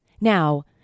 Now